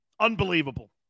Unbelievable